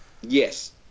Yes